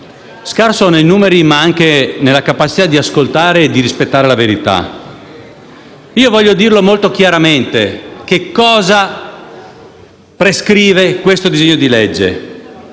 scarso nei numeri, ma anche nella capacità di ascoltare e rispettare la verità. Io desidero dire molto chiaramente cosa prescrive il presente disegno di legge.